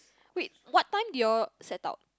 wait what time did you all set out